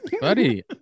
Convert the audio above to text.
Buddy